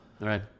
Right